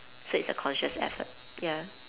so it's a conscious effort ya